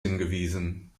hingewiesen